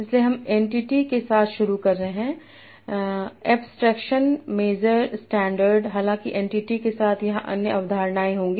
इसलिए हम एनटीटी के साथ शुरू कर रहे हैंएब्स्ट्रेक्शन मेजर स्टैंडर्ड हालांकि एनटीटी के साथ यहां अन्य अवधारणाएं होंगी